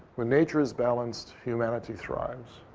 when nature is balanced, humanity thrives.